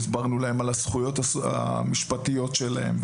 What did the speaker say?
והסברנו להן על הזכויות המשפטיות שלהן,